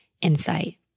insight